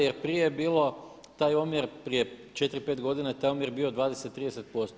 Jer prije je bilo taj omjer, prije 4, 5 godina je taj omjer bio 20, 30%